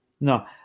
No